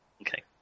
Okay